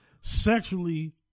sexually